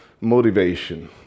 motivation